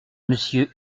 monsieur